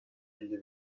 elli